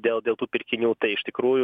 dėl dėl tų pirkinių tai iš tikrųjų